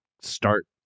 start